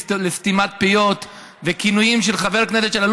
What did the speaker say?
זו בדיוק האווירה שהייתי רוצה שלא נחזור